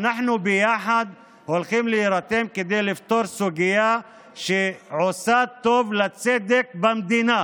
אנחנו ביחד הולכים להירתם כדי לפתור סוגיה שעושה טוב לצדק במדינה,